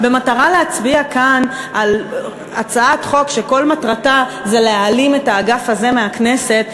במטרה להצביע כאן על הצעת חוק שכל מטרתה זה להעלים את האגף הזה מהכנסת,